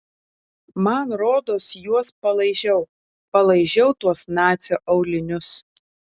man rodos juos palaižiau palaižiau tuos nacio aulinius